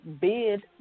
bid